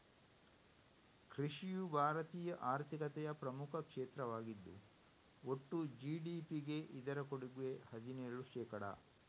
ಕೃಷಿಯು ಭಾರತೀಯ ಆರ್ಥಿಕತೆಯ ಪ್ರಮುಖ ಕ್ಷೇತ್ರವಾಗಿದ್ದು ಒಟ್ಟು ಜಿ.ಡಿ.ಪಿಗೆ ಇದರ ಕೊಡುಗೆ ಹದಿನೇಳು ಶೇಕಡಾ